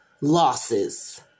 losses